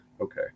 okay